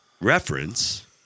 reference